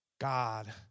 God